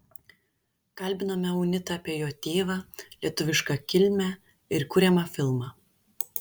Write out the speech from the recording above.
kalbinome unitą apie jo tėvą lietuvišką kilmę ir kuriamą filmą